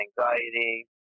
anxiety